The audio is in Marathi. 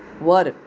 वर